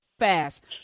fast